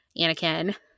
Anakin